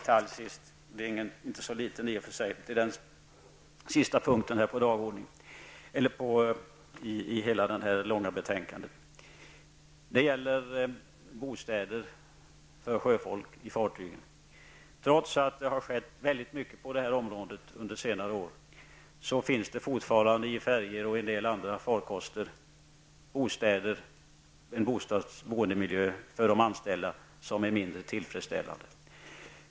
Till sist ännu en, i och för sig inte så liten, detalj -- den sista punkten i det långa betänkandet. Det gäller bostäder för sjöfolk i fartygen. Trots att det har skett mycket på området under senare år, finns det fortfarande i färjor och i en del andra farkoster en boendemiljö för de anställda som är mindre tillfredsställande.